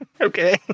Okay